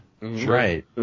Right